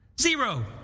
Zero